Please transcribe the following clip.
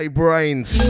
brains